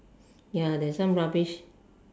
ya there's some rubbish